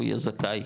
הוא יהיה זכאי,